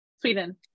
Sweden